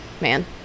man